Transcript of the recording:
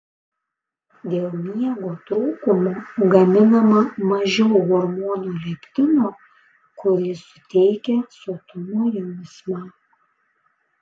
dėl miego trūkumo gaminama mažiau hormono leptino kuris suteikia sotumo jausmą